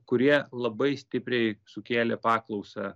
kurie labai stipriai sukėlė paklausą